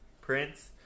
Prince